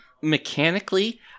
mechanically